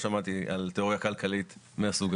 משרד הפנים, יש לכם התייחסות לגבי הסעיף